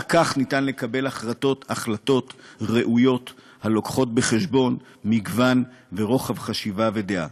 רק כך ניתן לקבל החלטות ראויות הלוקחות בחשבון מגוון ורוחב חשיבה ודעה,